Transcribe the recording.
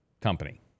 company